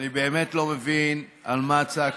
אני באמת לא מבין על מה הצעקות,